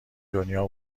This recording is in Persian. دنیا